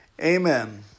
Amen